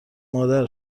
مادر